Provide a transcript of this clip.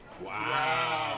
Wow